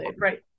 right